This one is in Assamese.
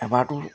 এবাৰটো